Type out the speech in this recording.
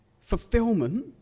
fulfillment